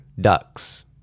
Ducks